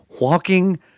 Walking